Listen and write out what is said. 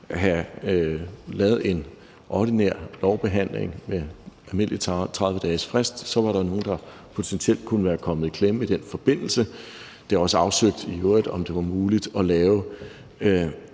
have lavet en ordinær lovbehandling med en almindelig frist på 30 dage – så var der nogle, der potentielt kunne være kommet i klemme i den forbindelse. Det er i øvrigt også blevet afsøgt, om det var muligt at lade